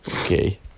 Okay